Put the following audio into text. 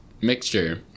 mixture